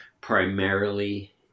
primarily